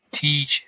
teach